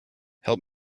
help